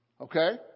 okay